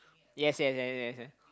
yes yes yes yes yes